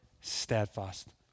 steadfast